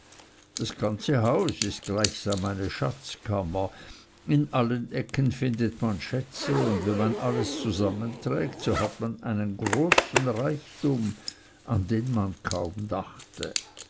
das ganze haus ist gleichsam eine schatzkammer in allen ecken findet man schätze und wenn man alles zusammenträgt so hat man einen großen reichtum an den man kaum dachte